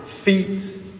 feet